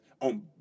on